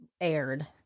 aired